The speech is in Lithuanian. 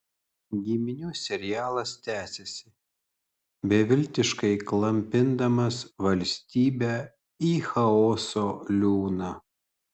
giminių serialas tęsiasi beviltiškai klampindamas valstybę į chaoso liūną